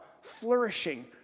flourishing